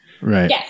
Right